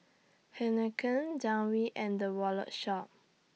Heinekein Downy and The Wallet Shop